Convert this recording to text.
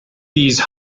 these